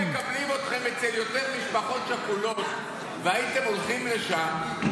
אם היו מקבלים אתכם אצל יותר משפחות שכולות והייתם הולכים לשם,